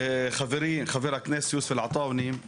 חברי חבר הכנסת יוסף עטאונה,